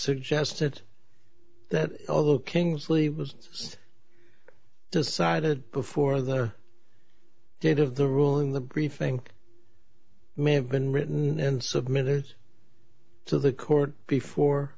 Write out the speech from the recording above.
suggested that although kingsley was decided before their date of the ruling the briefing may have been written and submitted to the court before